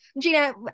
Gina